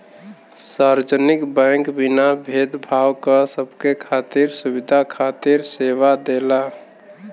सार्वजनिक बैंक बिना भेद भाव क सबके खातिर सुविधा खातिर सेवा देला